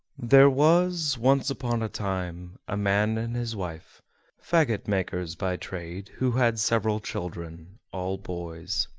there was, once upon a time, a man and his wife fagot-makers by trade, who had several children, all boys.